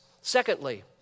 Secondly